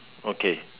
okay